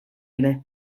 ere